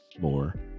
more